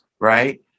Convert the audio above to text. right